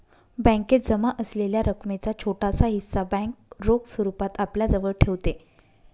बॅकेत जमा असलेल्या रकमेचा छोटासा हिस्सा बँक रोख स्वरूपात आपल्याजवळ ठेवते